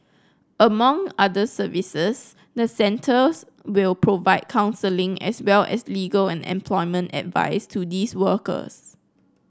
among other services the centres will provide counselling as well as legal and employment advice to these workers